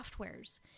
softwares